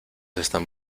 están